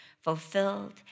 fulfilled